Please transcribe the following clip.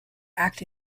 act